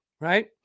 Right